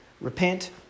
repent